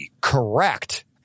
correct